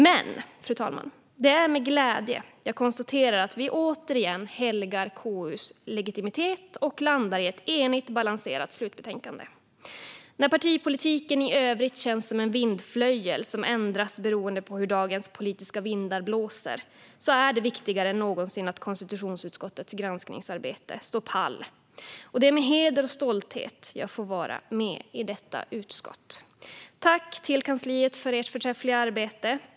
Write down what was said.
Men, fru talman, det är med glädje jag konstaterar att vi återigen helgar KU:s legitimitet och landar i ett enigt, balanserat slutbetänkande. När partipolitiken i övrigt känns som en vindflöjel som ändras beroende på hur dagens politiska vindar blåser är det viktigare än någonsin att konstitutionsutskottets granskningsarbete står pall. Det är med heder och stolthet jag är med i detta utskott. Tack till kansliet för ert förträffliga arbete!